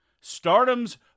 stardom's